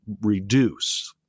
reduce